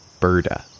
Birda